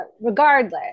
Regardless